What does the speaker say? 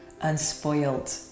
unspoiled